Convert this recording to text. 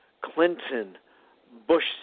Clinton-Bush